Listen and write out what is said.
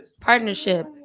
Partnership